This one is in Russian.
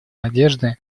надежды